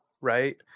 right